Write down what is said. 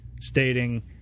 stating